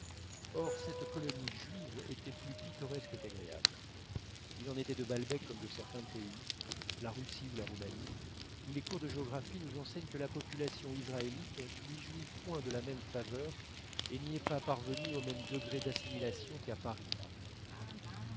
or cette colonie juive était plus pittoresque qu'agréable il en était de balbec comme de certains pays la russie ou la roumanie où les cours de géographie nous enseignent que la population israélite n'y jouit point de la même faveur et n'y est pas parvenue au même degré d'assimilation qu'à paris par exemple